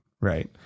right